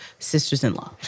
sistersinlaw